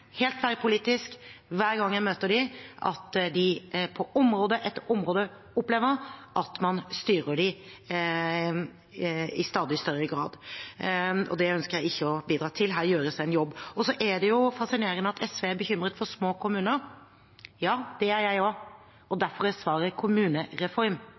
helt tverrpolitisk hver gang jeg møter dem – at de på område etter område opplever at man styrer dem i stadig større grad. Det ønsker jeg ikke å bidra til. Her gjøres det en jobb. Så er det fascinerende at SV er bekymret for små kommuner. Ja, det er jeg også, og